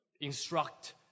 instruct